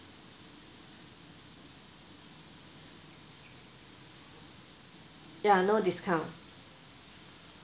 ya no discount